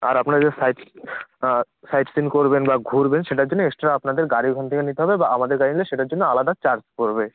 আর আপনারা যে sight sightseeing করবেন বা ঘুরবেন সেটার জন্যে এক্সট্রা আপনাদের গাড়ি ওখান থেকে নিতে হবে বা আমাদের গাড়ি নিলে সেটার জন্য আলাদা চার্জ পড়বে